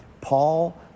Paul